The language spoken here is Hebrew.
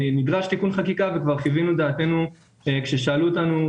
נדרש תיקון חקיקה וכבר חווינו את דעתנו כששאלו אותנו,